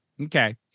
Okay